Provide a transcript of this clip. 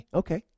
okay